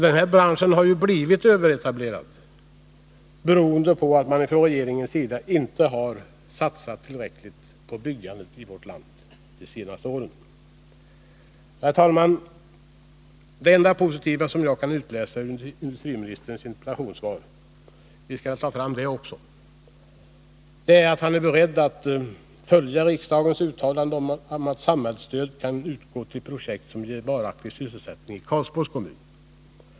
Denna bransch har blivit överetablerad på grund av att regeringen inte satsat tillräckligt på byggandet i vårt land de senaste åren. Herr talman! Det enda positiva jag kan utläsa ur industriministerns interpellationssvar — vi skall ta fram det också — är att han är beredd att följa riksdagens uttalande om att samhällsstöd kan utgå till projekt som ger varaktig sysselsättning i Karlsborgs kommun.